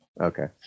Okay